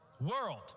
world